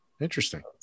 interesting